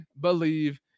believe